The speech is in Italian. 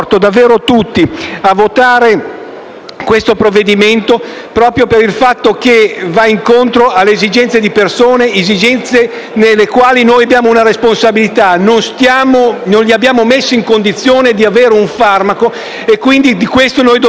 questo provvedimento, proprio per il fatto che va incontro ad esigenze di persone, esigenze rispetto alle quali noi abbiamo una responsabilità: non li abbiamo messi in condizioni di avere un farmaco e di questo noi dovremmo tener conto.